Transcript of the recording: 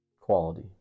quality